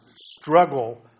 struggle